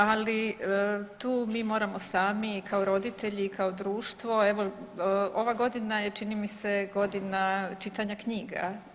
Ali tu mi moramo sami kao roditelji i kao društvo, evo ova godina je čini mi se godina čitanja knjiga.